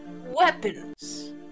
weapons